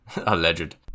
Alleged